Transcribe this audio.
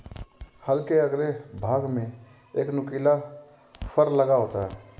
हल के अगले भाग में एक नुकीला फर लगा होता है